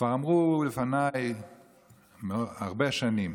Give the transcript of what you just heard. כבר אמרו לפני הרבה שנים